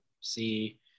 see